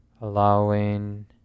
allowing